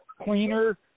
cleaner